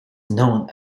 known